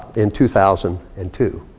in two thousand and two.